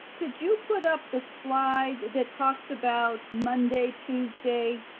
could you put up the slide that talks about monday, tuesday,